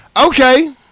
Okay